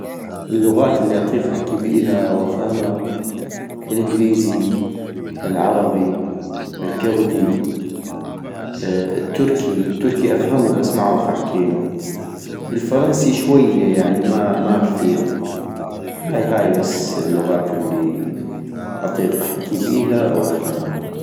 اللغات الي اطيق احكي بيها وافهما الانكليزي ، العربي، الكغدي ،التركي - تركي افهمو بس معغف احكينو - الفرنسي شوية ، يعني ما ما كثيغ - هاي هاي بس اللغات الي اطيق احكي بيها او افهما